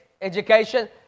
education